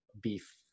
beef